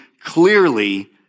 clearly